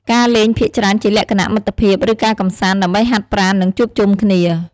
ការលេងភាគច្រើនជាលក្ខណៈ មិត្តភាព ឬ ការកម្សាន្ត ដើម្បីហាត់ប្រាណ និងជួបជុំគ្នា។